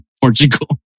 Portugal